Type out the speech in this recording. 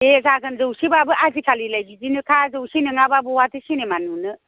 दे जागोन जौसेब्लाबो आजिखालिलाय बिदिनोखा जौसे नङाब्ला बहाथो सिनेमा नुनो